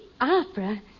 opera